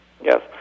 Yes